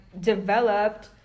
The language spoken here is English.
developed